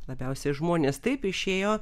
labiausiai žmonės taip išėjo